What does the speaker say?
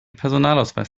personalausweis